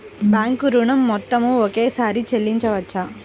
Bank ఋణం మొత్తము ఒకేసారి చెల్లించవచ్చా?